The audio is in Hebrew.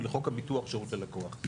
ולחוק הביטוח שירות הלקוח.